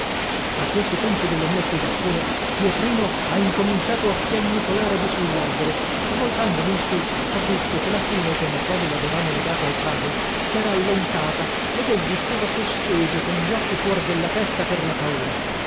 a questo punto della mia spiegazione pietrino ha incominciato a piagnucolare di sull'albero e voltandomi in su ho visto che la fune con la quale l'avevamo legato al ramo s'era allentata ed egli stava sospeso con gli occhi fuor della testa per la paura